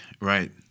right